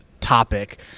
topic